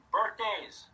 Birthdays